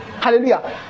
Hallelujah